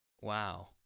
Wow